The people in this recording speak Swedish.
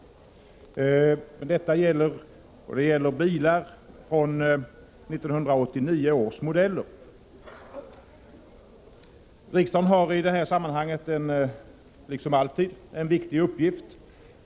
Lagen gäller bilar fr.o.m. 1989 års modeller. Riksdagen har liksom | alltid i det här sammanhanget en viktig uppgift.